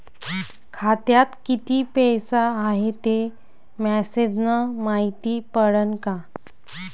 खात्यात किती पैसा हाय ते मेसेज न मायती पडन का?